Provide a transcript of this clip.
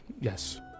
yes